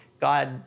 God